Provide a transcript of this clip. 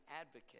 advocate